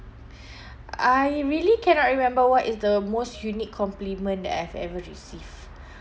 I really cannot remember what is the most unique compliment that I've ever received